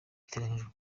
biteganyijwe